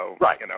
Right